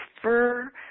prefer